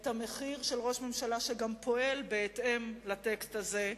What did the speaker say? את המחיר של ראש ממשלה שגם פועל בהתאם לטקסט הזה,